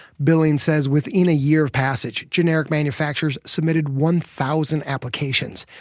billings said within a year of passage, generic manufacturers submitted one thousand applications.